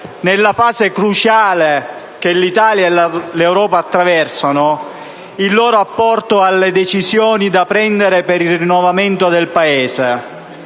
nella fase cruciale che l'Italia e l'Europa attraversano - il loro apporto alle decisioni da prendere per il rinnovamento del Paese.